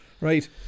Right